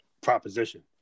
proposition